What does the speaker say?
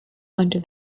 until